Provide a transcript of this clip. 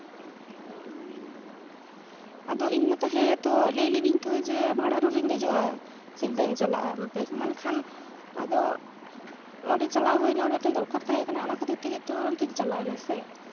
ᱟᱫᱚ ᱤᱧ ᱢᱟᱛᱚ ᱦᱮᱸᱛᱚ ᱞᱟᱹᱭ ᱞᱤᱫᱟᱹᱧ ᱡᱮ ᱵᱷᱟᱲᱟᱨᱳ ᱨᱤᱧ ᱫᱮᱡᱚᱜᱼᱟ ᱥᱤᱞᱫᱟᱹᱧ ᱪᱟᱞᱟᱜᱼᱟ ᱢᱮᱱᱠᱷᱟᱱ ᱟᱫᱚ ᱚᱸᱰᱮ ᱪᱟᱞᱟᱣ ᱦᱩᱭᱱᱟ ᱚᱸᱰᱮ ᱢᱤᱫᱴᱟᱝ ᱫᱚᱨᱠᱟᱨ ᱛᱟᱦᱮᱠᱟᱱᱟ ᱚᱱᱟ ᱠᱷᱟᱹᱛᱤᱨ ᱛᱮᱜᱮ ᱛᱚ ᱚᱱᱛᱮᱧ ᱪᱟᱞᱟᱣᱮᱱᱟ ᱥᱮ